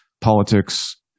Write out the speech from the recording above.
politics